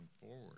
forward